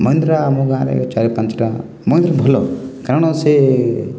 ମହିନ୍ଦ୍ରା ଆମ ଗାଁରେ ଚାରି ପାଞ୍ଚଟା ମହିନ୍ଦ୍ରା ଭଲ କାରଣ ସେ